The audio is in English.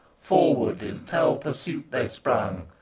forward in fell pursuit they sprung,